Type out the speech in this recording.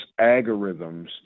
algorithms